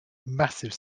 massive